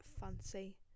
fancy